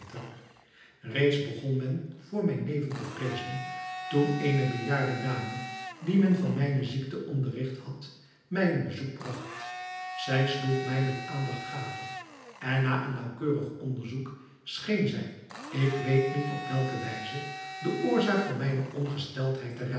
reeds begon men voor mijn leven te vreezen toen eene bejaarde dame die men van mijne ziekte onderrigt had mij een bezoek bragt zij sloeg mij met aandacht gade en na een naauwkeurig onderzoek scheen zij ik weet niet op welke wijze de oorzaak van mijne ongesteldheid te